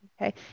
okay